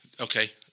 Okay